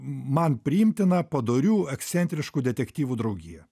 man priimtiną padorių ekscentriškų detektyvų draugiją